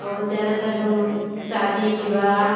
और ज़्यादातर हम लोग शादी बिवाह